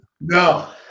no